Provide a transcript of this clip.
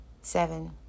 Seven